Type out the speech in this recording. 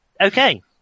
Okay